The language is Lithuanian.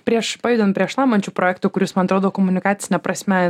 prieš pajudant prie šlamančių projekto kuris man atrodo komunikacine prasme